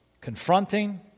confronting